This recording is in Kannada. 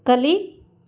ಕಲಿ